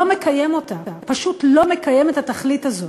לא מקיים אותה, פשוט לא מקיים את התכלית הזאת.